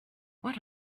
what